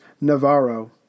Navarro